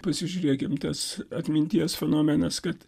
pasižiūrėkim tas atminties fenomenas kad